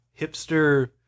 hipster